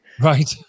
Right